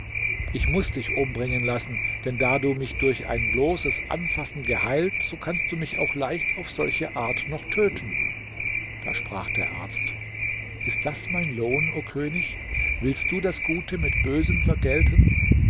ich muß dich umbringen lassen denn da du mich durch ein bloßes anfassen geheilt so kannst du mich auch leicht auf solche art noch töten da sprach der arzt ist das mein lohn o könig willst du das gute mit bösem vergelten